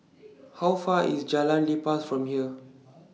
How Far IS Jalan Lepas from here